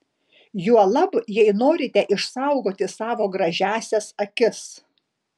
juolab jei norite išsaugoti savo gražiąsias akis